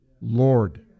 Lord